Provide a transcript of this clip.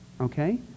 Okay